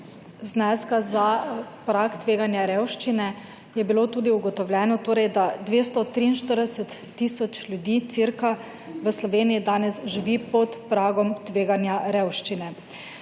zneska za prag tveganja revščine je bilo tudi ugotovljeno, da 243 tisoč ljudi cirka v Sloveniji danes živi pod pragom tveganja revščine.